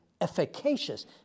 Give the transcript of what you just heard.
Efficacious